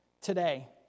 today